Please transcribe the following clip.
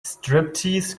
striptease